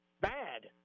bad